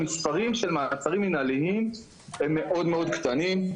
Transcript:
המספרים של מעצרים מנהליים הם מאוד מאוד קטנים,